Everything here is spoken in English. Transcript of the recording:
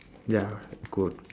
ya of course